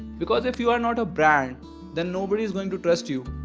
because if you are not a brand then nobody is going to trust you.